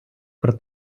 про